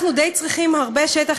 אנחנו צריכים די הרבה שטח,